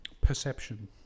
Perception